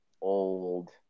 old